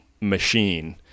machine